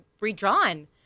redrawn